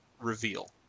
reveal